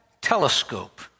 telescope